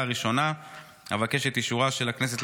לפי המלצת ועדת הכנסת,